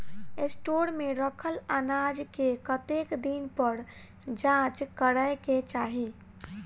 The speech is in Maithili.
स्टोर मे रखल अनाज केँ कतेक दिन पर जाँच करै केँ चाहि?